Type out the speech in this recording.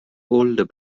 older